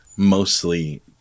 mostly